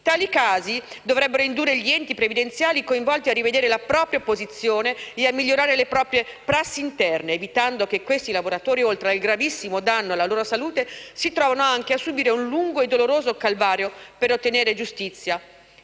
Tali casi dovrebbero indurre gli enti previdenziali coinvolti a rivedere la propria posizione e a migliorare le proprie prassi interne, evitando che questi lavoratori, oltre al gravissimo danno alla propria salute, si trovino anche a subire un lungo e doloroso calvario per ottenere giustizia.